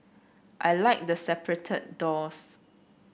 I like the separated doors